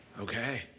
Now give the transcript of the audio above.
okay